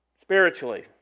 spiritually